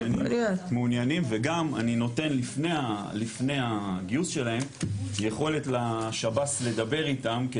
מעוניינים וגם אני נותן לפני הגיוס שלהם יכולת לשב"ס לדבר איתם,